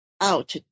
out